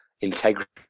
integrity